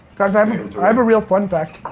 guys, i mean and so i have a real fun fact.